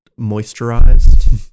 moisturized